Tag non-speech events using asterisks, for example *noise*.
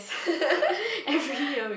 *laughs*